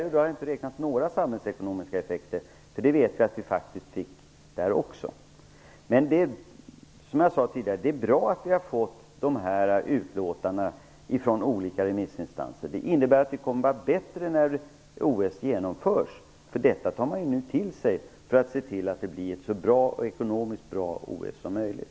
Jag har inte räknat in några samhällsekonomiska effekter. Det vet vi att vi faktiskt fick då också. Som jag sade tidigare är det bra att vi har fått dessa utlåtanden från olika remissinstanser. Det innebär att vi kommer att vara bättre när OS genomförs. Dessa utlåtanden tar man nu till sig, för att se till att det blir ett så ekonomiskt bra OS som möjligt.